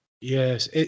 Yes